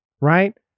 right